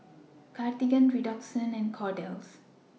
Cartigain Redoxon and Kordel's